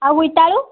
ଆଉ ବୋଇତାଳୁ